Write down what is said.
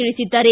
ತಿಳಿಸಿದ್ದಾರೆ